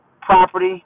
Property